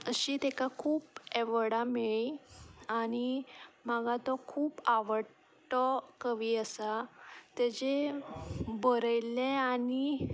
अशी ताका खूब एवोर्डा मेळ्ळी आनी म्हाका तो खूब आवडटो कवी आसा ताजें बरयल्लें आनी